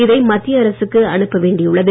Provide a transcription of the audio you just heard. இதை மத்திய அரசுக்கு அணுப்ப வேண்டியுள்ளது